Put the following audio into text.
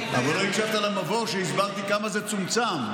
אבל לא הקשבת למבוא כשהסברתי כמה זה צומצם.